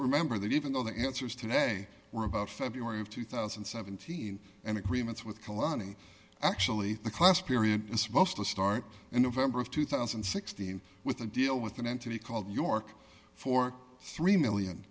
remember that even though the answers today were about february of two thousand and seventeen and agreements with kalani actually the class period was supposed to start in november of two thousand and sixteen with a deal with an entity called new york for three million